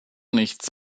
nichts